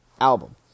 album